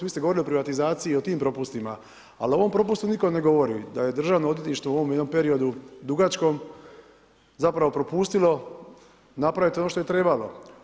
Vi ste imali o privatizaciji, tim propustima ali o ovom propustu nitko ne govori, da je Državno odvjetništvo u ovom jednom periodu dugačkom zapravo propustilo napraviti ono što je trebalo.